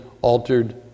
altered